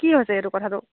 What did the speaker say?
কি হৈছে এইটো কথাটো